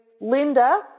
Linda